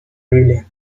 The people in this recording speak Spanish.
biblia